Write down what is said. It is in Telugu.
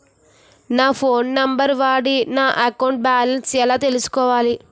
నా ఫోన్ నంబర్ వాడి నా అకౌంట్ బాలన్స్ ఎలా తెలుసుకోవాలి?